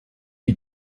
die